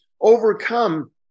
overcome